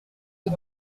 les